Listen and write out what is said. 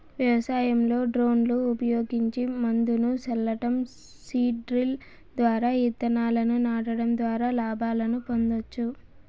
వ్యవసాయంలో డ్రోన్లు ఉపయోగించి మందును సల్లటం, సీడ్ డ్రిల్ ద్వారా ఇత్తనాలను నాటడం ద్వారా లాభాలను పొందొచ్చు